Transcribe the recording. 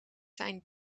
zijn